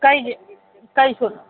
ꯀꯩꯒꯤ ꯀꯔꯤ